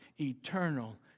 eternal